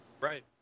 right